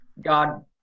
God